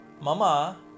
MAMA